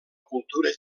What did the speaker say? cultura